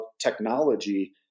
technology